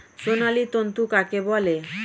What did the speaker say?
সোনালী তন্তু কাকে বলে?